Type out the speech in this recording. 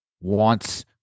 wants